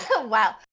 Wow